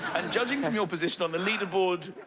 and judging from your position on the leader board,